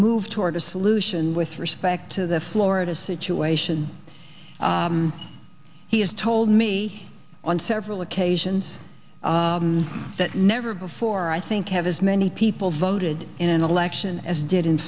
move toward a solution with respect to the florida situation he has told me on several occasions that never before i think have as many people voted in an election as did in